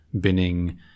binning